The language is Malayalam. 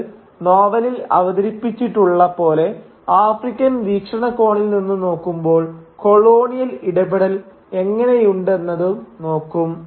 എന്നിട്ട് നോവലിൽ അവതരിപ്പിച്ചിട്ടുള്ള പോലെ ആഫ്രിക്കൻ വീക്ഷണകോണിൽ നിന്ന് നോക്കുമ്പോൾ കൊളോണിയൽ ഇടപെടൽ എങ്ങനെയുണ്ടെന്നതും നോക്കും